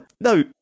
No